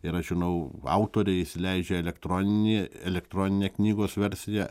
ir aš žinau autoriai įšsileidžia elektroninė elektroninę knygos versiją